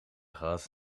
gehad